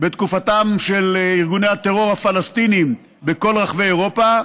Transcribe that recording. בתקופתם של ארגוני הטרור הפלסטיניים בכל רחבי אירופה,